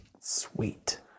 sweet